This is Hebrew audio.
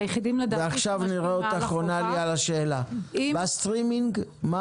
ועכשיו נראה אותך עונה לי על השאלה: בסטרימינג מה